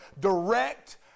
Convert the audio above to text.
direct